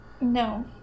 No